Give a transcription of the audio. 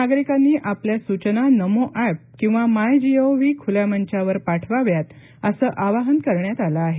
नागरिकांनी आपल्या सूचना नमो एप किंवा माय जी ओ व्ही खुल्या मंचावर पाठवाव्यात असं आवाहन करण्यात आलं आहे